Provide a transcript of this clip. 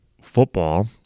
football